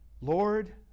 Lord